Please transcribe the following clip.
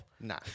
Nah